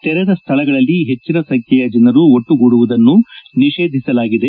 ತೆರೆದ ಸ್ಥಳಗಳಲ್ಲಿ ಹೆಚ್ಚಿನ ಸಂಖ್ನೆಯ ಜನರು ಒಟ್ಸುಗೂಡುವುದನ್ನು ನಿಷೇಧಿಸಲಾಗಿದೆ